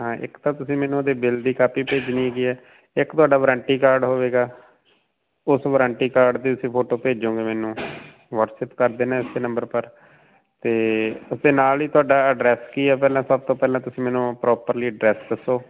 ਹਾਂ ਇੱਕ ਤਾਂ ਤੁਸੀਂ ਮੈਨੂੰ ਉਹਦੇ ਬਿਲ ਦੀ ਕਾਪੀ ਭੇਜਣੀ ਹੈਗੀ ਹੈ ਇੱਕ ਤੁਹਾਡਾ ਵਾਰੰਟੀ ਕਾਰਡ ਹੋਵੇਗਾ ਉਸ ਵਾਰੰਟੀ ਕਾਰਡ ਦੀ ਤੁਸੀਂ ਫੋਟੋ ਭੇਜੋਗੇ ਮੈਨੂੰ ਕਰ ਦੇਣਾ ਇਸੇ ਨੰਬਰ ਪਰ ਅਤੇ ਉਸ ਦੇ ਨਾਲ ਹੀ ਤੁਹਾਡਾ ਐਡਰੈਸ ਕੀ ਹੈ ਪਹਿਲਾਂ ਸਭ ਤੋਂ ਪਹਿਲਾਂ ਤੁਸੀਂ ਮੈਨੂੰ ਪ੍ਰੋਪਰਲੀ ਡਰੈਸ ਦੱਸੋ